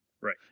Right